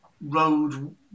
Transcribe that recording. road